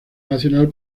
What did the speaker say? nacional